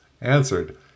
answered